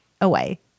away